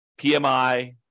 PMI